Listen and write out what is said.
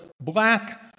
black